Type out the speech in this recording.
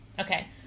Okay